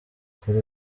kuri